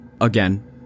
Again